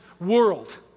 world